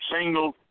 single